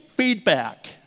feedback